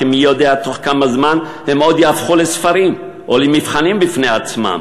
שמי יודע תוך כמה זמן הם עוד יהפכו לספרים או למבחנים בפני עצמם.